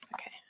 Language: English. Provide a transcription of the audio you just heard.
Okay